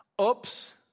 Oops